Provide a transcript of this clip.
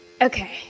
Okay